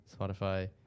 Spotify